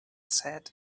said